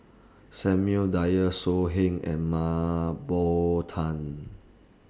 Samuel Dyer So Heng and Mah Bow Tan